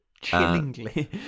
chillingly